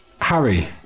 harry